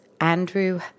Andrew